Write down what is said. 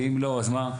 ואם לא אז מה?